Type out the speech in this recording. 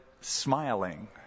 smiling